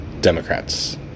democrats